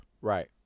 Right